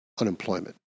unemployment